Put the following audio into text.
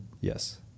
Yes